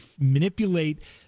manipulate